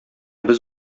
без